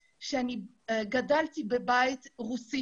גדלתי בבית רוסי